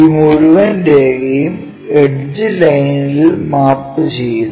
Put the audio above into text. ഈ മുഴുവൻ രേഖയും എഡ്ജ് ലൈനിൽ മാപ്പുചെയ്യുന്നു